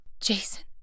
Jason